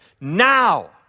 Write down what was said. Now